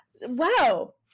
Wow